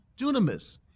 dunamis